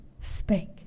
spake